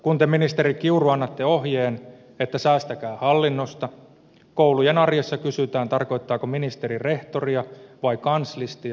kun te ministeri kiuru annatte ohjeen että säästäkää hallinnosta koulujen arjessa kysytään tarkoittaako ministeri rehtoria vai kanslistia